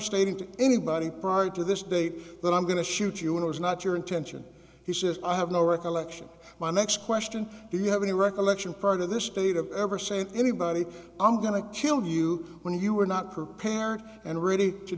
to anybody prior to this date that i'm going to shoot you it was not your intention he says i have no recollection my next question do you have any recollection part of this state of ever said anybody i'm going to kill you when you are not prepared and ready to